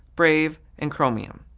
brave, and chromium.